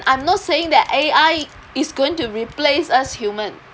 I'm not saying that A_I is going to replace us human